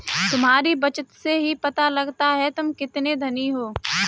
तुम्हारी बचत से ही पता लगता है तुम कितने धनी हो